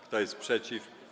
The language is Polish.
Kto jest przeciw?